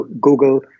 Google